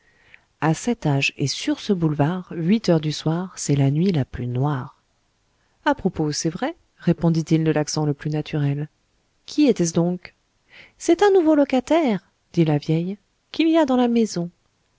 à cet âge et sur ce boulevard huit heures du soir c'est la nuit la plus noire à propos c'est vrai répondit-il de l'accent le plus naturel qui était-ce donc c'est un nouveau locataire dit la vieille qu'il y a dans la maison